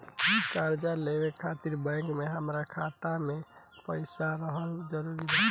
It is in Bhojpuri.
कर्जा लेवे खातिर बैंक मे हमरा खाता मे पईसा रहल जरूरी बा?